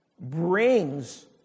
brings